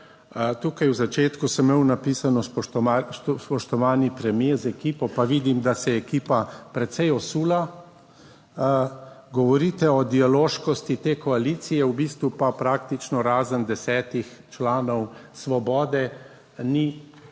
Na začetku sem imel napisano "spoštovani premier z ekipo," pa vidim, da se je ekipa precej osula. Govorite o dialoškosti te koalicije, v bistvu pa praktično razen desetih članov Svobode ni nobenega,